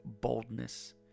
boldness